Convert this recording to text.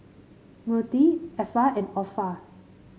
Myrtie Effa and Orpha